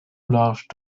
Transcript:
large